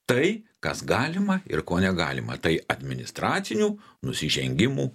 tai kas galima ir ko negalima tai administracinių nusižengimų